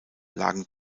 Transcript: lagen